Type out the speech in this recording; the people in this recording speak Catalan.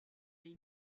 ell